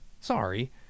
Sorry